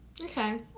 Okay